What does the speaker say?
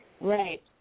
Right